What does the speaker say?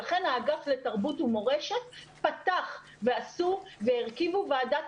ולכן האגף לתרבות ומורשת פתח ועשו והרכיבו ועדת